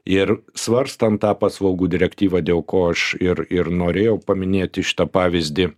ir svarstant tą paslaugų direktyvą dėl ko aš ir ir norėjau paminėti šitą pavyzdį